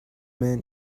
men